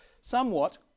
somewhat